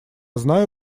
знаю